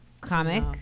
comic